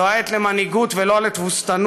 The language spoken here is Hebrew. זו העת למנהיגות ולא לתבוסתנות,